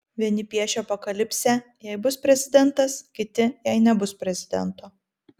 vieni piešia apokalipsę jei bus prezidentas kiti jei nebus prezidento